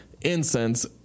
incense